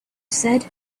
said